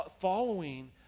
following